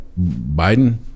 Biden